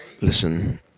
listen